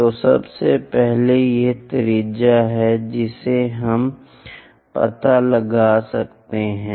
तो सबसे पहले यह त्रिज्या है जिसे हम पता लगा सकते हैं